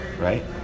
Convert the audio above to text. right